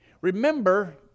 remember